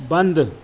बंदि